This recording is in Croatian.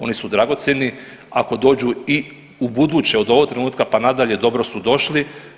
Oni su dragocjeni, ako dođu i u buduće od ovog trenutka pa nadalje dobro su došli.